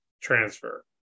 transfer